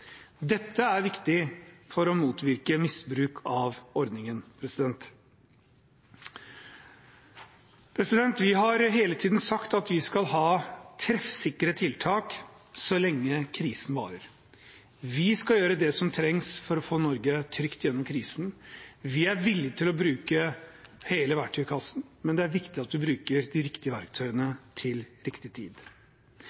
Dette er viktig for å motvirke misbruk av ordningen. Vi har hele tiden sagt at vi skal ha treffsikre tiltak så lenge krisen varer. Vi skal gjøre det som trengs for å få Norge trygt gjennom krisen. Vi er villig til å bruke hele verktøykassen, men det er viktig at vi bruker de riktige verktøyene